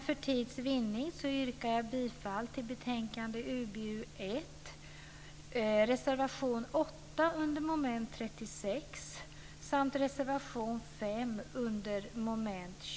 För tids vinning yrkar jag bifall till hemställan i betänkandet